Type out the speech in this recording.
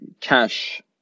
cash